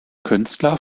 künstler